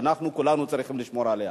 שאנחנו כולנו צריכים לשמור עליה.